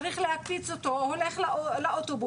צריך להקפיץ אותו, הולך לאוטובוס.